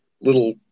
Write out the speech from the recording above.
little